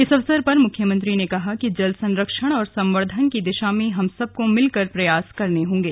इस अवसर पर मुख्यमंत्री ने कहा कि जल संरक्षण और संवर्द्धन की दिशा में हम सबको मिलकर प्रयास करने होंगे